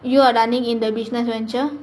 you are running in the business venture